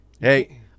Hey